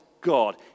God